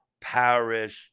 Paris